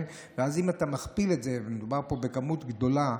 ואז, אם אתה מכפיל את זה, מדובר פה בכמות גדולה.